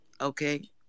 Okay